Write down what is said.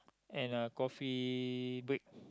and a coffee break